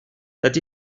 that